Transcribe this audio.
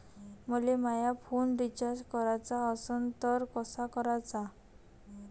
मले माया phone recharge कराचा असन तर कसा कराचा?